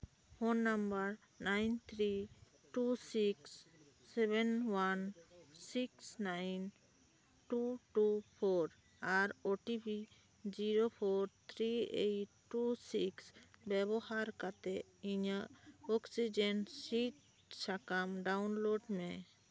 phone number nine three two six seven one six nine two two four or O T P zero four three eight two six ᱵᱮᱵᱚᱦᱟᱨ ᱠᱟᱛᱮᱫ ᱤᱧᱟᱹᱜ oxygen ᱥᱤᱫ ᱥᱟᱠᱟᱢ download ᱢᱮ